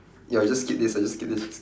ya I'll just skip this I just skip this